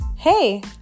Hey